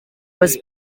was